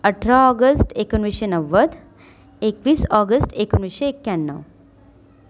अठरा ऑगस्ट एकोणवीसशे नव्वद एकवीस ऑगस्ट एकोणवीसशे एक्क्याण्णव